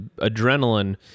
adrenaline